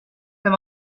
them